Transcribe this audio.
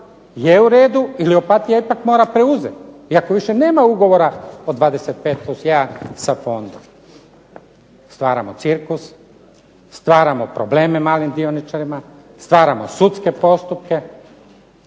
je u redu ili Opatija ipak mora preuzeti, iako više nema ugovora od 25 plus jedan sa .../Govornik se ne razumije./... Stvaramo cirkus. Stvaramo probleme malim dioničarima. Stvaramo sudske postupke